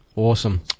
Awesome